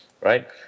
right